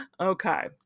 Okay